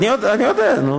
בוודאות לא, אני יודע, נו.